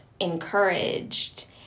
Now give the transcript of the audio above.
encouraged